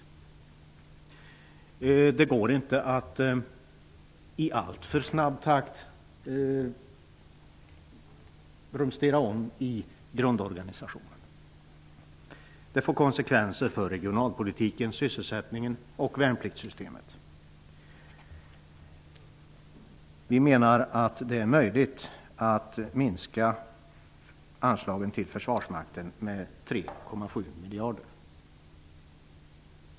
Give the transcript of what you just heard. Det går inte att rumstera om i grundorganisationen i alltför snabb takt. Det får konsekvenser för regionalpolitiken, sysselsättningen och värnpliktssystemet. Vi menar att det är möjligt att minska anslagen till försvarsmakten med 3,7 miljarder.